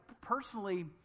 personally